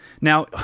Now